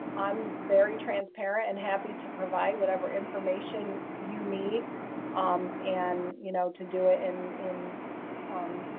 i'm very transparent and happy to provide whatever information you need um and you know, to do it and in um